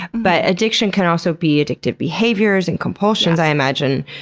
but addiction can also be addictive behaviors and compulsions, i imagine.